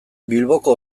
bilboko